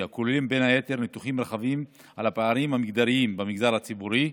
הכוללים בין היתר ניתוחים רחבים על הפערים המגדריים במגזר הציבורי.